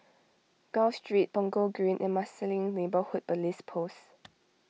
Gul Street Punggol Green and Marsiling Neighbourhood Police Post